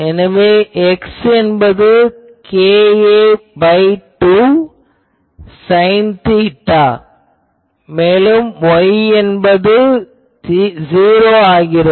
எனவே X என்பது ka2 sine theta மேலும் Y என்பது '0' ஆகிறது